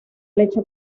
leche